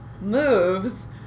moves